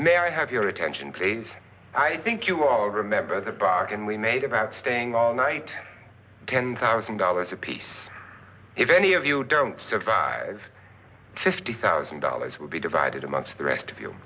i have your attention please i think you all remember the bargain we made about staying all night ten thousand dollars apiece if any of you don't survive fifty thousand dollars will be divided amongst the rest of you